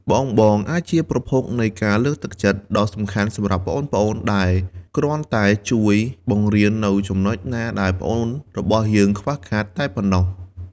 បងៗអាចជាប្រភពនៃការលើកទឹកចិត្តដ៏សំខាន់សម្រាប់ប្អូនៗដែលគ្រាន់តែជួយបង្រៀននូវចំណុចណាដែលប្អូនរបស់យើងខ្វះខាតតែប៉ុណ្ណោះ ។